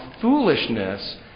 foolishness